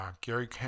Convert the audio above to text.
Gary